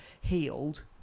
healed